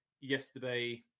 yesterday